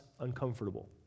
uncomfortable